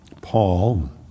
Paul